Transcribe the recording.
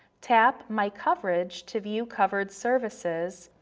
tap my coverage to view covered services,